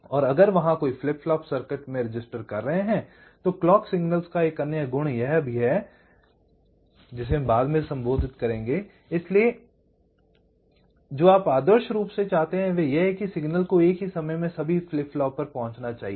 और अगर वहाँ कई फ्लिप फ्लॉप सर्किट में रजिस्टर कर रहे हैं तो क्लॉक सिग्नल्स का एक अन्य गुण यह भी हैजिसे हम बाद में संबोधित करेंगे I इसलिए जो आप आदर्श रूप से चाहते हैं वह यह है कि सिग्नल को एक ही समय में सभी फ्लिप फ्लॉप तक पहुंचना चाहिए